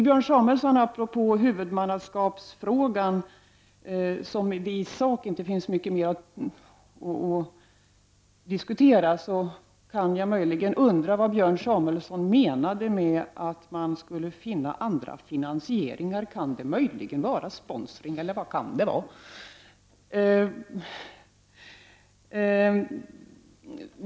Björn Samuelson talade om huvudmannaskapsfrågan, där det i sak inte finns mycket mer att diskutera. Jag kan möjligen undra vad Björn Samuelson menade med att man skulle finna andra finansieringar. Kan det möjligen vara sponsring — eller vad kan det vara?